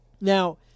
Now